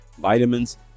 vitamins